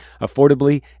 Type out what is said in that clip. affordably